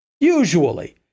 Usually